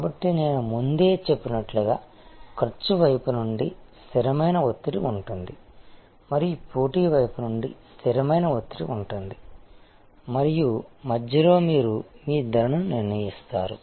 కాబట్టి నేను ముందే చెప్పినట్లుగా ఖర్చు వైపు నుండి స్థిరమైన ఒత్తిడి ఉంటుంది మరియు పోటీ వైపు నుండి స్థిరమైన ఒత్తిడి ఉంటుంది మరియు మధ్యలో మీరు మీ ధరను నిర్ణయిస్తున్నారు